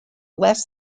less